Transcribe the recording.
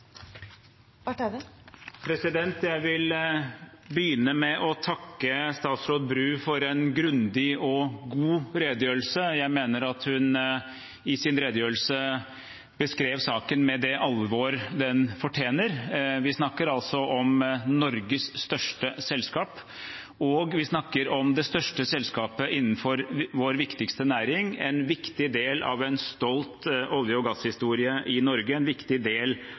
Jeg vil begynne med å takke statsråd Bru for en grundig og god redegjørelse. Jeg mener at hun i sin redegjørelse beskrev saken med det alvor den fortjener. Vi snakker om Norges største selskap, og vi snakker om det største selskapet innenfor vår viktigste næring, en viktig del av en stolt olje- og gasshistorie i Norge, en viktig del